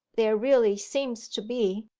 there really seems to be.